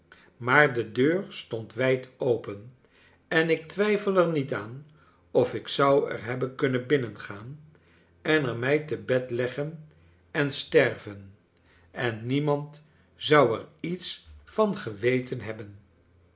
maar de deur stond wijd open en ik twijfel er niet aan of ik zou er hebben kunnen binnengaan en er mij te bed leggen en sterven en niemand zou erietsvan geweten hebben